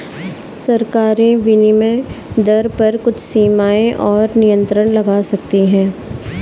सरकारें विनिमय दर पर कुछ सीमाएँ और नियंत्रण लगा सकती हैं